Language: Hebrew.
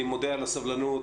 אני מודה על הסבלנות.